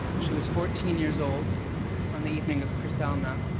she was fourteen years old on the evening of kristallnacht.